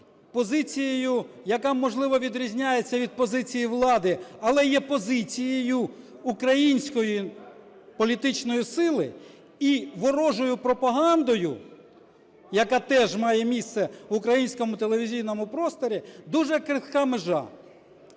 позицією, яка, можливо, відрізняється від позиції влади, але є позицією української політичної сили і ворожою пропагандою, яка теж має місце в українському телевізійному просторі, дуже крихка межа.